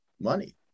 money